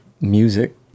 music